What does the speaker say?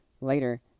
Later